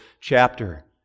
chapter